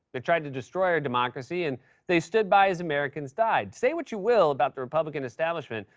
they tried to destroy our democracy and they stood by as americans died. say what you will about the republican establishment,